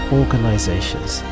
organizations